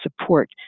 support